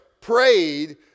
prayed